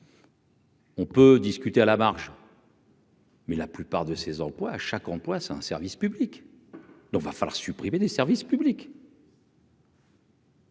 On peut discuter à la marge. Mais la plupart de ses employes à chaque emploi c'est un service public, donc il va falloir supprimer des services publics.